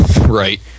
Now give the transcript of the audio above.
Right